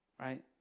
Right